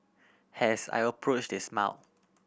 has I approach they smile